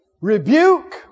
Rebuke